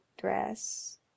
dress